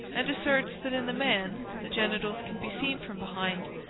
and asserts that in the man the genitals can be seen from behind,